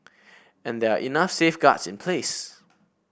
and there are enough safeguards in place